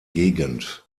gegend